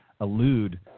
elude